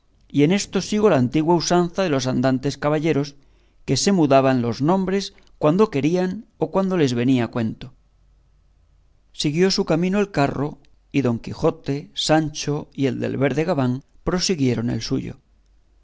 y en esto sigo la antigua usanza de los andantes caballeros que se mudaban los nombres cuando querían o cuando les venía a cuento siguió su camino el carro y don quijote sancho y el del verde gabán prosiguieron el suyo